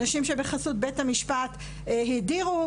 נשים שבחסות בית המשפט הדירו.